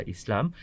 Islam